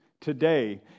today